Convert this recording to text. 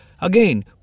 Again